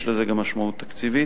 יש לזה גם משמעות תקציבית.